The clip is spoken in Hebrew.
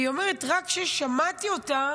והיא אומרת: רק כששמעתי אותה,